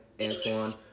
Antoine